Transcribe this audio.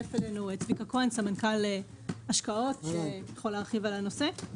הצטרף אלינו צביקה כהן סמנכ"ל השקעות שיכול להרחיב בנושא.